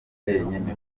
njyenyine